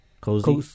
cozy